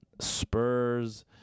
Spurs